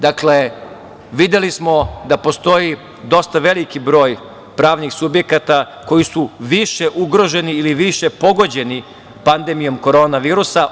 Dakle, videli smo da postoji dosta veliki broj pravnih subjekata koji su više ugroženi ili više pogođeni pandemijom korona virusa.